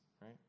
right